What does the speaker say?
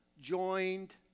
joined